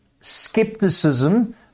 skepticism